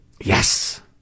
Yes